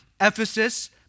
Ephesus